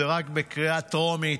זה רק בקריאה הטרומית.